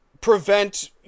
prevent